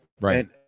right